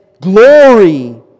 glory